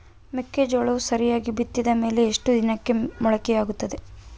ಮೆಕ್ಕೆಜೋಳವು ಸರಿಯಾಗಿ ಬಿತ್ತಿದ ಮೇಲೆ ಎಷ್ಟು ದಿನಕ್ಕೆ ಮೊಳಕೆಯಾಗುತ್ತೆ?